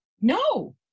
No